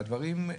והדברים,